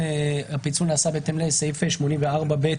הפיצול נעשה בהתאם לסעיפי 84ב'